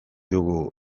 dugu